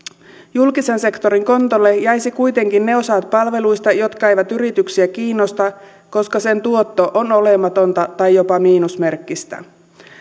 julkisen sektorin kontolle jäisivät kuitenkin ne osat palveluista jotka eivät yrityksiä kiinnosta koska niiden tuotto on olematonta tai jopa miinusmerkkistä